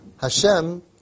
Hashem